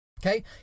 okay